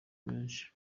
menshi